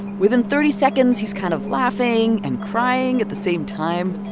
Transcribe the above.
within thirty seconds, he's kind of laughing and crying at the same time.